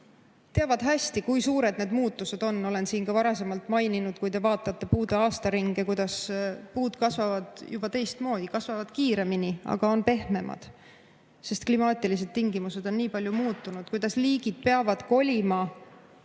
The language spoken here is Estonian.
teavad hästi, kui suured need muutused on. Olen siin ka varem maininud, et kui te vaatate puude aastaringe, siis te näete, kuidas puud kasvavad juba teistmoodi. Puud kasvavad kiiremini, aga on pehmemad, sest klimaatilised tingimused on nii palju muutunud. Liigid peavad kolima